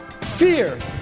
Fear